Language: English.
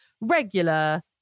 regular